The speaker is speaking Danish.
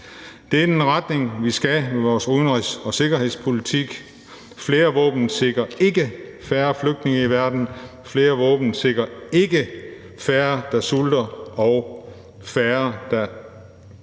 Det er den retning, vi skal i med vores udenrigs- og sikkerhedspolitik. Flere våben sikrer ikke færre flygtninge i verden. Flere våben sikrer ikke færre, der sulter, og færre, der